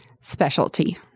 specialty